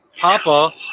Papa